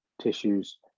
tissues